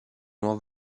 nuova